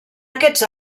aquests